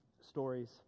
stories